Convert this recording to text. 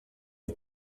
hip